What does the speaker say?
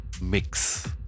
mix